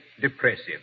depressive